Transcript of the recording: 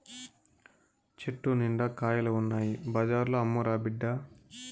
చెట్టు నిండా కాయలు ఉన్నాయి బజార్లో అమ్మురా బిడ్డా